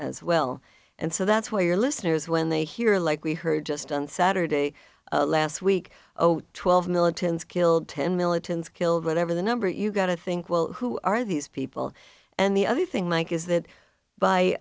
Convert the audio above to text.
as well and so that's why your listeners when they hear like we heard just on saturday last week oh twelve militants killed ten militants killed whatever the number you got to think well who are these people and the other thing mike is that by